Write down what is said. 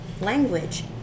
language